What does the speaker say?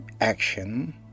action